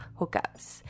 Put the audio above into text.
hookups